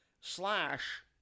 slash